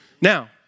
Now